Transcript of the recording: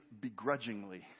begrudgingly